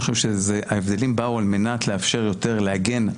אני חושב שההבדלים באו על מנת לאפשר יותר להגן,